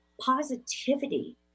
positivity